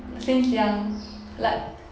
since young like